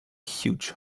huge